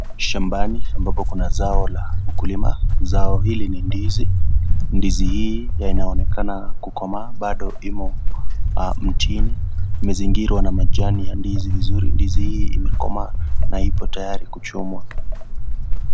Shambani ambapo kuna zao la ukulima. Zao hili ni ndizi. Ndizi hili yanaonekana kukomaa bado imo mtini, umezingirwa na majani ya ndizi vizuri, Ndizi hii imekomaa na ipo tayari kuchomwa.